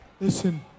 Listen